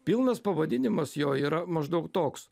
pilnas pavadinimas jo yra maždaug toks